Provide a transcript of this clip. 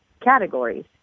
categories